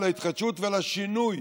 להתחדשות ולשינוי,